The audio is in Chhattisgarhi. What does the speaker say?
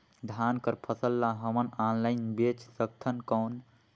धान कर फसल ल हमन ऑनलाइन बेच सकथन कौन?